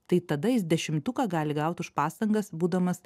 tai tada jis dešimtuką gali gaut už pastangas būdamas